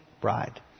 bride